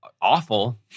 awful